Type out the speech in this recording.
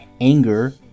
anger